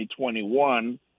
2021